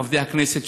לעובדי הכנסת,